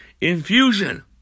infusion